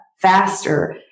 faster